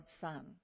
Son